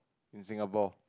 in Singapore